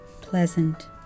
pleasant